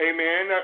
Amen